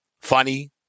funny